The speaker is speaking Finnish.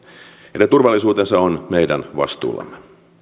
heidän turvallisuutensa on meidän vastuullamme